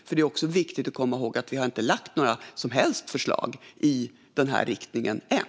För det är viktigt att komma ihåg att vi inte har lagt fram några som helst förslag i den här riktningen än.